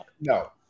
no